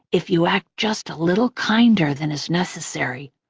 if you act just a little kinder than is necessary,